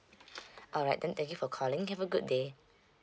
alright then thank you for calling have a good day